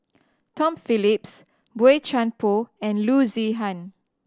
Tom Phillips Boey Chuan Poh and Loo Zihan